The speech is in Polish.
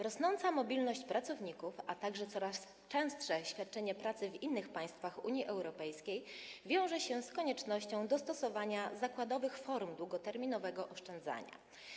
Rosnąca mobilność pracowników, a także coraz częstsze świadczenie pracy w innych państwach Unii Europejskiej wiążą się z koniecznością dostosowania zakładowych form długoterminowego oszczędzania.